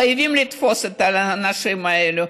חייבים לתפוס את האנשים האלה.